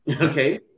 Okay